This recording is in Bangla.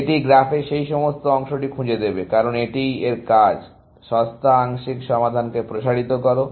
এটি গ্রাফের এই সমস্ত অংশটি খুঁজে দেবে কারণ এটিই এর কাজ সস্তা আংশিক সমাধানকে প্রসারিত করো